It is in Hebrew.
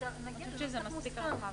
אני חושבת שזה מספיק רחב.